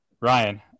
Ryan